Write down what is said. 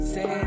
Say